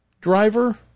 driver